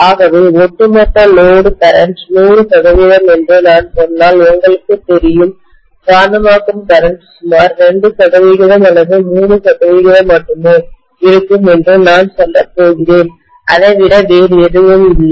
ஆகவே ஒட்டுமொத்த load current 100 சதவிகிதம் என்று நான் சொன்னால் உங்களுக்குத் தெரியும் காந்தமாக்கும் கரண்ட் சுமார் 2 சதவிகிதம் அல்லது 3 சதவிகிதம் மட்டுமே இருக்கும் என்று நான் சொல்லப்போகிறேன் அதை விட வேறு எதுவும் இல்லை